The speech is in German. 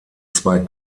zwei